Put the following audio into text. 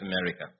America